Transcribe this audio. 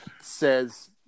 says